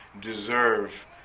deserve